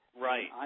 Right